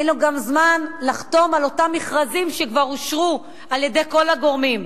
אין לו גם זמן לחתום על אותם מכרזים שכבר אושרו על-ידי הגורמים.